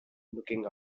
looking